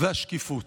והשקיפות,